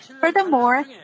Furthermore